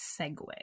segue